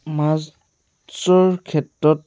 মাছৰ ক্ষেত্ৰত